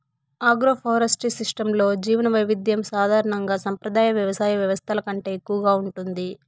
agroforestry సిస్టమ్స్లో జీవవైవిధ్యం సాధారణంగా సంప్రదాయ వ్యవసాయ వ్యవస్థల కంటే ఎక్కువగా ఉంటుంది